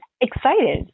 excited